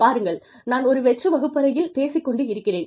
பாருங்கள் நான் ஒரு வெற்று வகுப்பறையில் பேசிக் கொண்டு இருக்கிறேன்